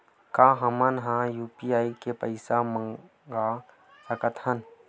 का हमन ह यू.पी.आई ले पईसा मंगा सकत हन?